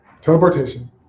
teleportation